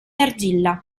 argilla